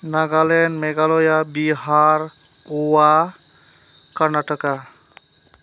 Nagaland Meghalaya Bihar Goa Karnataka